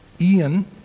Ian